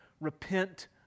repent